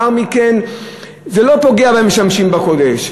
זה לא פוגע במשמשים בקודש.